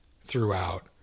Throughout